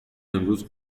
امروز